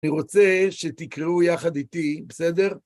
אני רוצה שתקראו יחד איתי, בסדר?